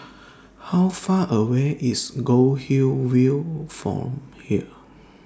How Far away IS Goldhill View from here